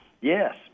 Yes